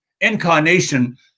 incarnation